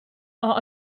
are